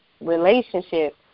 relationship